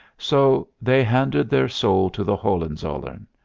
so they handed their soul to the hohenzollern.